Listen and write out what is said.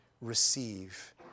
receive